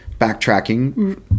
backtracking